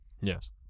Yes